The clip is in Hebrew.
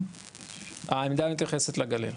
העמדה מתייחסת לגליל.